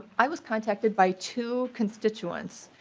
i was contacted by two constituents